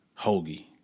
hoagie